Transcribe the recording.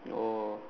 oh